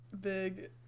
big